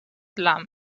dla